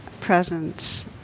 presence